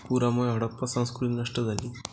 पुरामुळे हडप्पा संस्कृती नष्ट झाली